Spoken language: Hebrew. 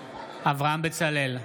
אברהם בצלאל,